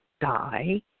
die